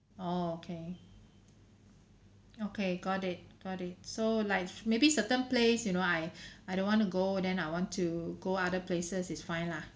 oh okay okay got it got it so like maybe certain place you know I I don't want to go then I want to go other places is fine lah